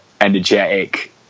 energetic